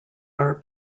are